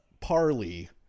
Parley